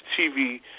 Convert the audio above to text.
TV